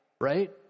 right